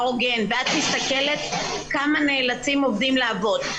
הוגן ואת מסתכלת כמה נאלצים עובדים לעבוד.